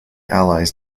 allies